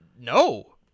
No